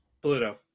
Pluto